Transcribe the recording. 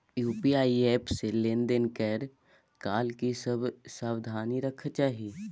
UPI app से लेन देन करै काल की सब सावधानी राखना चाही?